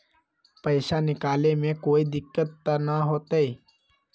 पैसा निकाले में कोई दिक्कत त न होतई?